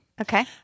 Okay